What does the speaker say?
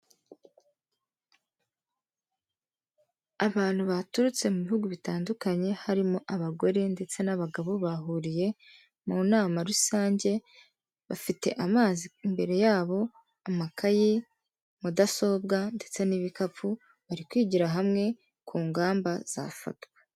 Abantu baturutse mu bihugu bitandukanye harimo abagore ndetse n'abagabo, bahuriye mu nama rusange, bafite amazi imbere yabo, amakayi, mudasobwa ndetse n'ibikapu, bari kwigira hamwe ku ngamba zafatwa.